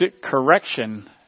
correction